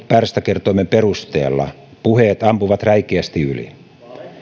pärstäkertoimen perusteella ampuvat räikeästi yli